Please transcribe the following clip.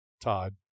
Todd